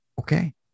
Okay